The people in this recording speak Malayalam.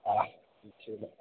ആഹ് നിശ്ചയമില്ല